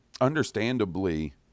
understandably